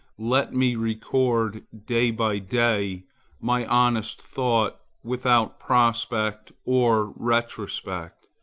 let me record day by day my honest thought without prospect or retrospect,